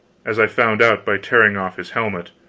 as i found out by tearing off his helmet.